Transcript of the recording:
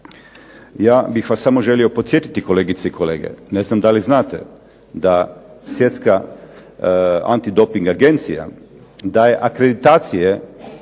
Ja bih vas samo želio podsjetiti, kolegice i kolege, ne znam da li znate da Svjetska antidoping agencija daje akreditacije